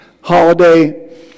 holiday